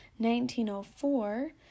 1904